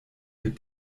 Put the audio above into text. mit